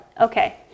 Okay